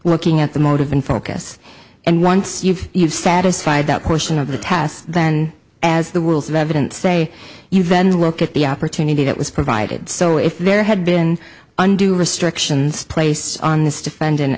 looking at the motive and focus and once you've you've satisfied that portion of the test then as the worlds of evidence say event look at the opportunity that was provided so if there had been undue restrictions placed on this defendant